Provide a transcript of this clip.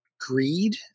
greed